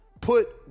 put